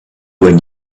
when